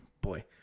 Boy